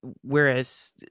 whereas